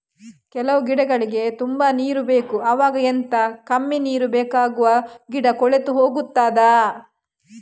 ಕೆಲವು ಗಿಡಗಳಿಗೆ ತುಂಬಾ ನೀರು ಬೇಕು ಅವಾಗ ಎಂತ, ಕಮ್ಮಿ ನೀರು ಬೇಕಾಗುವ ಗಿಡ ಕೊಳೆತು ಹೋಗುತ್ತದಾ?